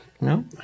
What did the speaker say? No